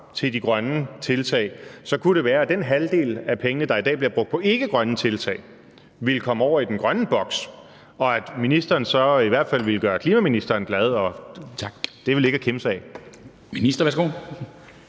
til de grønne tiltag – at den halvdel af pengene, der i dag bliver brugt på ikkegrønne tiltag, ville komme over i den grønne boks, og at ministeren så i hvert fald ville gøre klimaministeren glad. Og det er vel ikke at kimse ad.